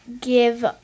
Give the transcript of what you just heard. give